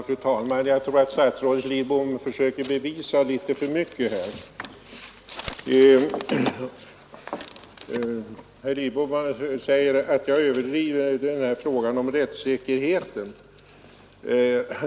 Fru talman! Jag tror att statsrådet Lidbom försöker bevisa litet för mycket. Herr Lidbom säger att jag överdriver i fråga om rättssäkerheten.